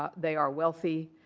ah they are wealthy.